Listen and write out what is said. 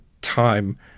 time